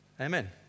Amen